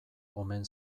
omen